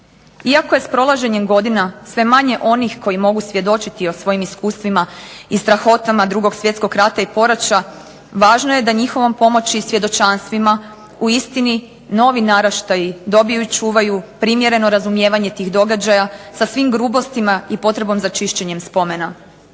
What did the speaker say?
Iako je s prolaženjem godina sve manje onih koji mogu svjedočiti o svojim iskustvima i strahotama Drugog svjetskog rata i poraća, važno je da njihovom pomoći i svjedočanstvima u istini novi naraštaju dobiju i čuvaju primjereno razumijevanje tih događaja, sa svim grubostima i potrebom za čišćenjem spomena.